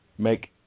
Make